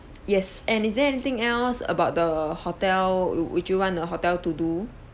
yes and is there anything else about the hotel would you want the hotel to do